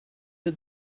did